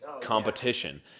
competition